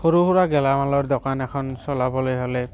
সৰু সুৰা গেলামালৰ দোকান এখন চলাবলৈ হ'লে